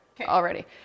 already